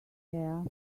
hair